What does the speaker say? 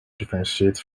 differentiate